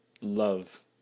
love